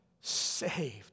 saved